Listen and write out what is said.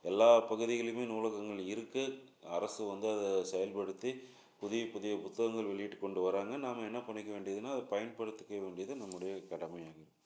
எல்லாப் பகுதிகள்லேயுமே நூலகங்கள் இருக்குது அரசு வந்து அதை செயல்படுத்தி புதிய புதிய புத்தகங்கள் வெளியிட்டுக்கொண்டு வராங்கள் நாம் என்னப் பண்ணிக்க வேண்டியதுன்னால் அதைப் பயன்படுத்திக்க வேண்டியது நம்முடையக் கடமை ஆகும்